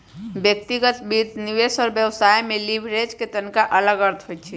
व्यक्तिगत वित्त, निवेश और व्यवसाय में लिवरेज के तनका अलग अर्थ होइ छइ